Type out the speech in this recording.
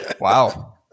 wow